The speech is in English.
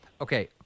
Okay